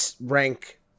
rank